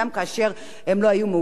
למה פה קולם לא נשמע?